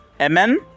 Amen